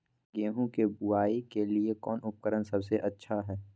गेहूं के बुआई के लिए कौन उपकरण सबसे अच्छा है?